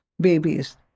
babies